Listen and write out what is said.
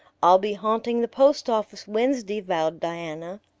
i'll be haunting the post office wednesday, vowed diana.